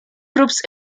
groups